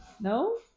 no